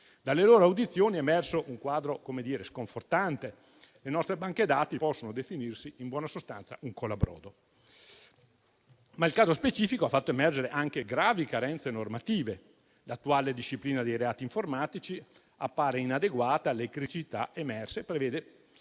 Dalle loro audizioni è emerso un quadro sconfortante: le nostre banche dati possono definirsi in buona sostanza un colabrodo. Tuttavia il caso specifico ha fatto emergere anche gravi carenze normative: l'attuale disciplina dei reati informatici appare inadeguata alle criticità emerse e prevede